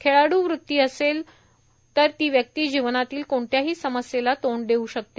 खेडाळू वृत्ती जर व्यक्तीत असेल तर ती व्यक्ती जीवनातील कोणत्याही समस्येला तोंड देऊ शकते